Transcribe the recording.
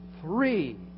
three